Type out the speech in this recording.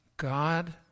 God